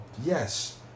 Yes